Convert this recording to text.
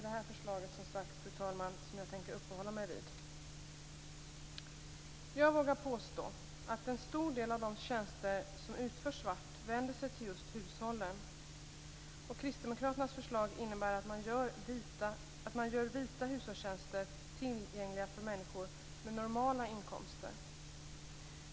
Det är detta förslag, fru talman, som jag tänker uppehålla mig vid. Jag vågar påstå att en stor del av de tjänster som utförs svart vänder sig till just hushållen. Kristdemokraternas förslag innebär att man gör vita hushållstjänster tillgängliga för människor med normala inkomster.